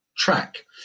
track